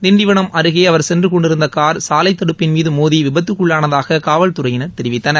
திண்டிவனம் அருகே அவர் சென்று கொண்டிருந்த கார் சாலை தடுப்பின் மீது மோதி விபத்துக்குள்ளானதாக காவல்துறையினர் தெரிவித்தனர்